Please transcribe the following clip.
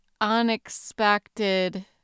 unexpected